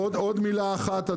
עוד מילה אחת בעניין הזה,